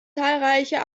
zahlreiche